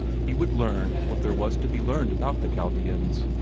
he would learn what there was to be learned about the chaldeans.